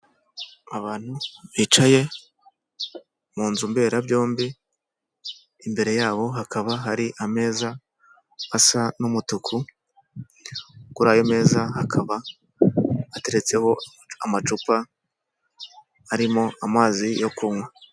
Abantu bicaye mu nzu mberabyombi, imbere yabo hakaba hari ameza asa n'umutuku kuri ayo meza akaba ateretseho amacupa arimo amazi yo kunywa.